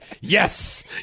yes